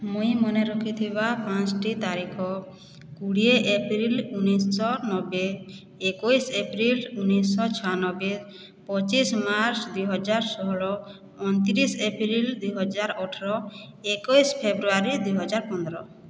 ମୁଇଁ ମନେ ରଖିଥିବା ପାଞ୍ଚଟି ତାରିଖ କୋଡ଼ିଏ ଏପ୍ରିଲ ଉଣେଇଶହନବେ ଏକୋଇଶ ଏପ୍ରିଲ ଉଣେଇଶହଛୟାନବେ ପଚିଶ ମାର୍ଚ୍ଚ ଦୁଇହଜାରଷୋହଳ ଅଣତିରିଶ ଏପ୍ରିଲ ଦୁଇହଜାରଅଠର ଏକୋଇଶ ଫେବୃୟାରୀ ଦୁଇହଜାରପନ୍ଦର